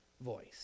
voice